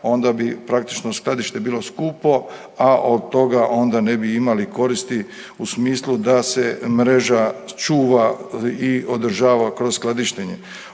onda bi praktično skladište bilo skupo, a od toga onda ne bi imali koristi u smislu da se mreža čuva i održava kroz skladištenje.